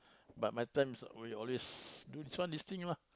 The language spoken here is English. but my times we always do this one this thing lah